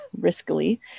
riskily